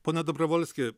pone dabrovolski